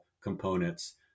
components